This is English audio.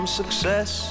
success